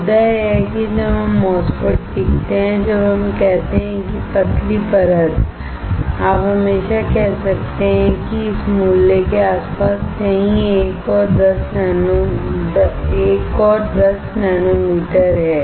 मुद्दा यह है कि जब हम MOSFET सीखते हैं जब हम कहते हैं कि पतली परत आप हमेशा कह सकते हैं कि इस मूल्य के आसपास कहीं 1 और 10 नैनोमीटर है